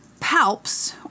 palps